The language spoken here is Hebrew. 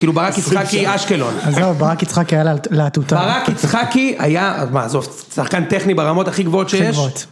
כאילו ברק יצחקי אשקלון. אז זהו, ברק יצחקי היה להטוטן. ברק יצחקי היה, שחקן טכני ברמות הכי גבהות שיש.